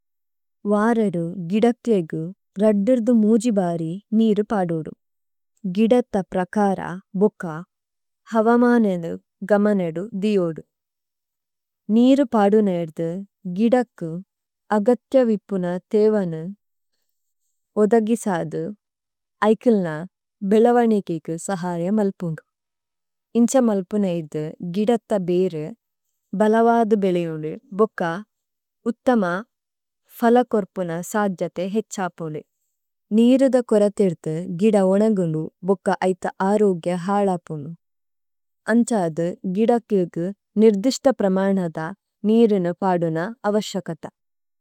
വരദു ഗിദക്ലേഗു രദ്ദുര്ദു മുജിബരി നിരു പദുദു। ഗിദത പ്രകര ബുക്ക ഹവമനേനു ഗമനേദു ദിഓദു। നിരു പദുനേഇദു ഗിദകു അഗത്യവിപുന തേവനു ഓദഗിസദു ഐകില്ന ബിലവനേകേഗു സഹയ മല്പുന്ദു। ഇന്ഛ മല്പുന ഇദു ഗിദത ബേഇരു, ബലവദു ബേലേഉലു ബുക്ക ഉത്തമ ഫലകോര്പുന സജ്ജതേ ഹേച്ഛപുലു। നിരുദ കോരത് ഏദു ഗിദ ഓനഗുലു ബുക്ക ഐത അരോഗ്യ ഹലപുലു। അന്ഛ അദു ഗിദകു ഇദു നിര്ദിശ്ത പ്രമനദ നിരുനു പദുന അവസ്യകത।